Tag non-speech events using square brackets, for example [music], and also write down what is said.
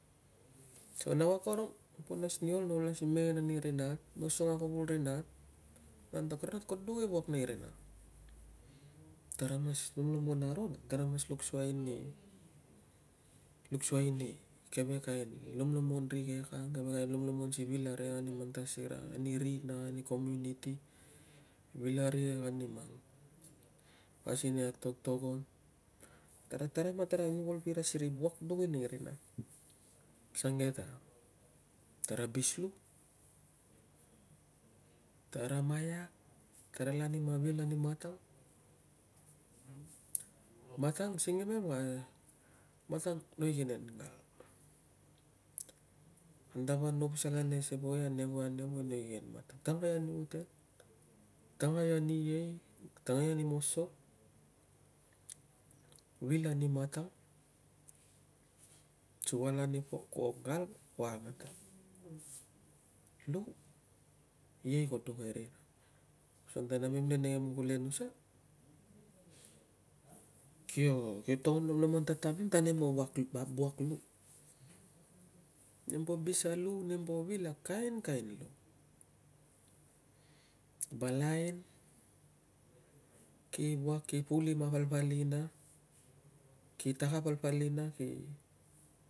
So nau akorong, no nas ni ol no mengen aro ri nat. No songo akuvul ri nat. No antok, ri nat, ko duk i wuak nei rina. Tara mas lomlomon aro, tara mas luk suai ni, luk suai ni keve kain lomlomon rikek ang, keve lomlomonai si vil arikek ani mang tasira nei rina, nei community, vil arikek ani mang anu, pasin i ang totogon. Tara taraim na tara involve ira si wuak duk i nei rina asuang ke ta tara abis lu, tara maiak, tara lanim a vil ani matang. Matang singimem val matang ko igenen. Kan ta van no pasal ane voi, ane voi, ane voi, no igenen tangai ani uten, tangai ani ei, tangai ani moso, vil ani matang, sukal ani pok. Kuo kal ku angan. Lu, ei ko duk e rina. Asukang ta namem le kulenusa, kio [hesitation] kio togon lomlomon tatamem ta nempo vap wuak lu. Nempo bis a lu, nem po vil a kainkain, balain, ki wuak, ki pulim a palpal ina, ki tak a palpal ina, ki